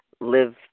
live